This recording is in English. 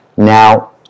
Now